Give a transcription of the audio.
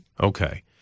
Okay